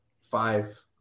Five